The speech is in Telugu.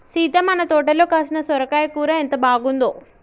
సీత మన తోటలో కాసిన సొరకాయ కూర ఎంత బాగుందో